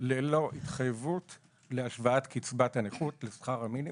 ללא התחייבות להשוואת קצבת הנכות לשכר המינימום.